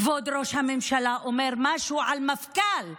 כבוד ראש הממשלה, אומר משהו על מפכ"ל שאומר: